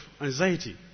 anxiety